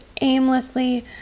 aimlessly